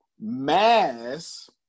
mass